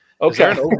okay